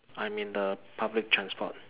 I am in the public transport